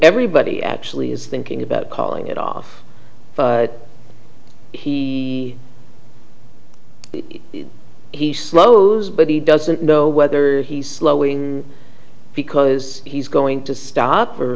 everybody actually is thinking about calling it off he he slows but he doesn't know whether he's slowing because he's going to stop for